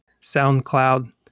SoundCloud